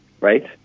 right